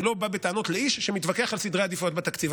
אני לא בא בטענות לאיש שמתווכח על סדרי העדיפויות בתקציב.